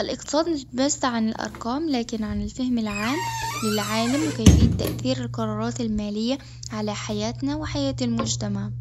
الاقتصاد مش بس عن الأرقام لكن عن الفهم العام للعالم وكيفية تأثير القرارات المالية على حياتنا وحياة المجتمع.